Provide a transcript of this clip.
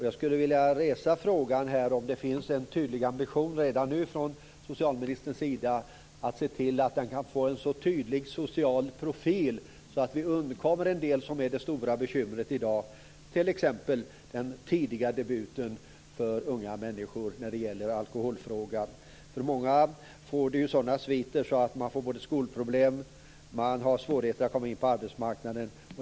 Jag skulle vilja resa frågan om socialministern redan nu har en tydlig ambition att se till att alkoholpolitiken kan få en så tydlig social profil att vi undkommer en del av det som är det stora bekymret i dag, t.ex. den tidiga debuten för unga människor när det gäller alkoholfrågan. Många får sådana sviter att de får både skolproblem och svårigheter att komma in på arbetsmarknaden.